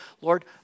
Lord